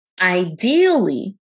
ideally